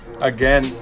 again